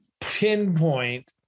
pinpoint